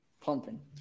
pumping